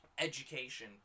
Education